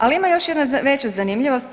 Ali ima još jedna veća zanimljivost.